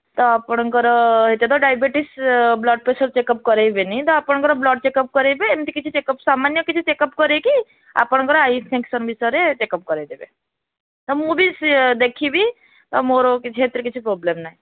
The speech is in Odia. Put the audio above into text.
ତ ଆପଣଙ୍କର ଏତେ ତ ଡ଼ାଇବେଟିସ୍ ବ୍ଲଡ଼ପ୍ରେସର ଚେକପ୍ କରାଇବିନି ତ ଆପଣଙ୍କର ବ୍ଲଡ଼ ଚେକପ୍ କରାଇବେ ଏମିତି କିଛି ଚେକପ୍ ସାମାନ୍ୟ କିଛି ଚେକପ୍ କରାଇକି ଆପଣଙ୍କର ଆଇ ଇନଫେକ୍ସନ ବିଷୟରେ ଚେକପ୍ କରାଇଦେବେ ତ ମୁଁ ବି ଦେଖିବି ତ ମୋର କିଛି ଏଥିରେ କିଛି ପ୍ରୋବ୍ଲେମ ନାହିଁ